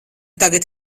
tagad